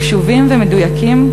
קשובים ומדויקים,